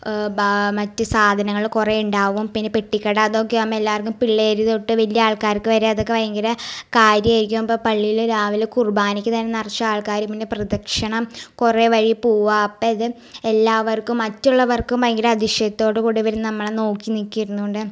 ബാ മറ്റ് സാധനങ്ങൾ കുറേ ഉണ്ടാവും പിന്നെ പെട്ടിക്കട അതൊക്കെ ആകുമ്പം എല്ലാവർക്കും പിള്ളേർ തൊട്ട് വലിയ ആൾക്കാർക്ക് വരെ ഒക്കെ അതൊക്കെ ഭയങ്കര കാര്യമായിരിക്കും അപ്പം പള്ളിയിൽ രാവിലെ കുർബാനക്ക് തന്നെ നിറച്ചും ആൾക്കാർ പിന്നെ പ്രദിക്ഷണം കുറേ വൈകി പോവുക അപ്പം അത് എല്ലാവർക്കും മറ്റുള്ളവർക്കും ഭയങ്കര അതിശയത്തോടു കൂടി ഇവർ നമ്മളെ നോക്കി നിൽക്കും ഇരുന്ന് കൊണ്ട്